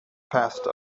passed